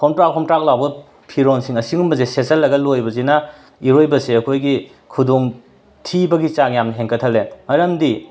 ꯍꯣꯝꯗ꯭ꯔꯥꯛ ꯍꯣꯝꯗ꯭ꯔꯥꯛ ꯂꯥꯎꯕ ꯐꯤꯔꯣꯟꯁꯤꯡ ꯑꯁꯤꯒꯨꯝꯕꯖꯦ ꯁꯦꯆꯜꯂꯒ ꯂꯣꯏꯕꯖꯤꯅ ꯏꯔꯣꯏꯕꯖꯦ ꯑꯈꯣꯏꯒꯤ ꯈꯨꯗꯣꯡ ꯊꯤꯕꯒꯤ ꯆꯥꯡ ꯌꯥꯝꯅ ꯍꯦꯟꯒꯠꯍꯜꯂꯦ ꯃꯔꯝꯗꯤ